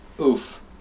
oof